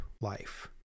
life